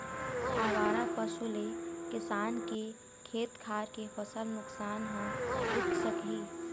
आवारा पशु ले किसान के खेत खार के फसल नुकसान ह रूक सकही